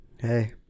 Hey